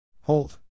Hold